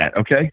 okay